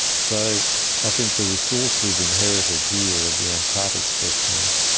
so i think the resource we've inherited here of the antarctic specimens,